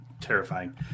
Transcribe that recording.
terrifying